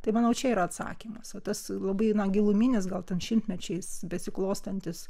tai manau čia yra atsakymas va tas labai na giluminis gal ten šimtmečiais besiklostantis